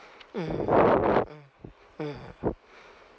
mm mm mm